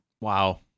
wow